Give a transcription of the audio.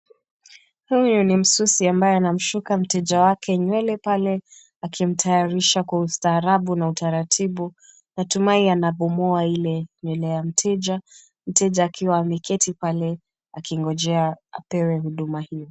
Huyu ni meusi ambaye anamsuka mteja wake nywele pale akimtayarisha kwa ustarabu na utaratibu. Hatimaye anabomoa Ile nywele ya mteja, mteja akiwa ameketi pale akingojea apewe huduma hiyo.